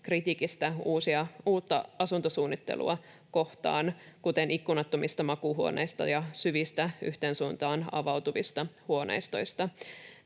kritiikistä uutta asuntosuunnittelua kohtaan, kuten ikkunattomista makuuhuoneista ja syvistä yhteen suuntaan avautuvista huoneistoista.